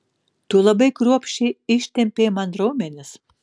tu labai kruopščiai ištempei man raumenis